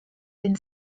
den